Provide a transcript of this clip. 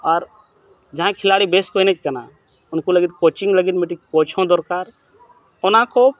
ᱟᱨ ᱡᱟᱦᱟᱸᱭ ᱠᱷᱤᱞᱟᱲᱤ ᱵᱮᱥ ᱠᱚ ᱮᱱᱮᱡ ᱠᱟᱱᱟ ᱩᱱᱠᱩ ᱞᱟᱹᱜᱤᱫ ᱞᱟᱹᱜᱤᱫ ᱢᱤᱫᱴᱤᱡ ᱦᱚᱸ ᱫᱚᱨᱠᱟᱨ ᱚᱱᱟ ᱠᱚ